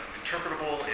interpretable